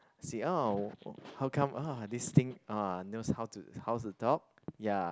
say oh how come uh this thing uh knows how to how to talk ya